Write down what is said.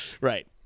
Right